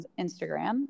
Instagram